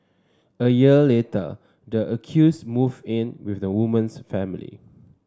a year later the accused moved in with the woman's family